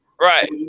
Right